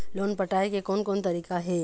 Loan पटाए के कोन कोन तरीका हे?